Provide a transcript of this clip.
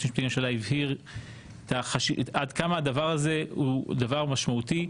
היועץ המשפטי הבהיר עד כמה הדבר הזה הוא דבר משמעותי.